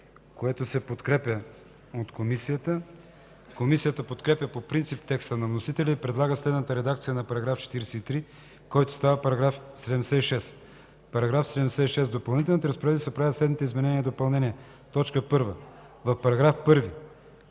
което се подкрепя от Комисията. Комисията подкрепя по принцип текста на вносителя и предлага следната редакция на § 43, който става § 76: „§ 76. В Допълнителните разпоредби се правят следните изменения и допълнения: 1. В § 1: